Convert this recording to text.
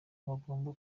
yagombye